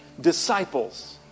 disciples